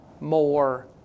more